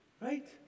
right